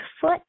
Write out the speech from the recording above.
foot